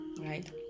right